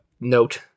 Note